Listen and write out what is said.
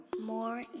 more